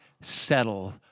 settle